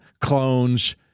clones